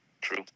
true